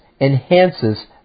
enhances